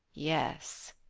yes,